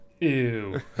ew